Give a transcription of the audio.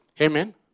Amen